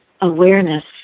awareness